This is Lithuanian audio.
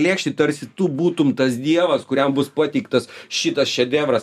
lėkštėj tarsi tu būtum tas dievas kuriam bus pateiktas šitas šedevras